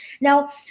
Now